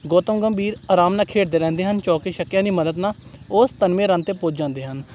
ਗੋਤਮ ਗੰਭੀਰ ਆਰਾਮ ਨਾਲ ਖੇਡਦੇ ਰਹਿੰਦੇ ਹਨ ਚੌਕੇ ਛੱਕਿਆਂ ਦੀ ਮਦਦ ਨਾਲ ਉਹ ਸਤਾਨਵੇਂ ਰਨ 'ਤੇ ਪੁੱਜ ਜਾਂਦੇ ਹਨ